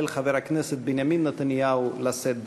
חבר הכנסת בנימין נתניהו לשאת דברים.